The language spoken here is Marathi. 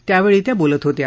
त्यावेळी त्या बोलत होत्या